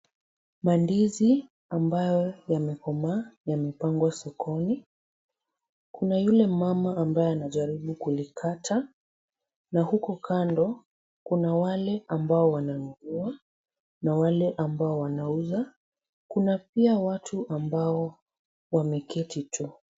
Mandizi ambayo yamekomaa yamepangwa sokoni. Kuna yule mama ambaye anajaribu kulikata na huku kando kuna wale ambao wananunua na wale ambao wanauza, kuna pia wale ambao wameketi tu.